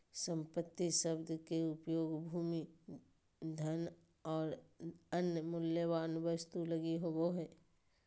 संपत्ति शब्द के उपयोग भूमि, धन और अन्य मूल्यवान वस्तु लगी होवे हइ